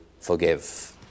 forgive